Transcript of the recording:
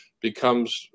becomes